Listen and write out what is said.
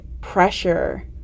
pressure